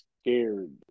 scared